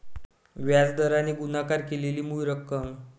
व्याज दराने गुणाकार केलेली मूळ रक्कम